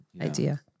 idea